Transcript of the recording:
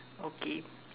okay